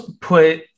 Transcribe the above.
put